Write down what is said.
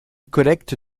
collecte